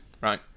right